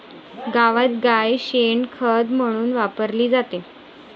गावात गाय शेण खत म्हणून वापरली जाते